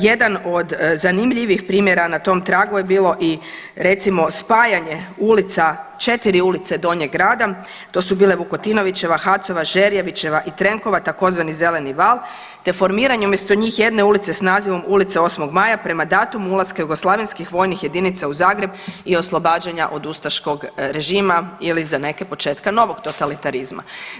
Jedan od zanimljivih primjera na tom tragu je bilo recimo spajanje ulica četiri ulice Donjeg grada, to su bile Vukotinovićeva, Hatzova, Žerjavićeva i Trenkova tzv. Zeleni val te formiranje umjesto njih jedne ulice s nazivom Ulice 8. maja prema datumu ulaska jugoslavenskih vojnih jedinica u Zagreb i oslobađanja od ustaškog režima ili za neke početka novog totalitarizma.